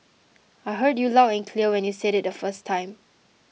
I heard you loud and clear when you said it the first time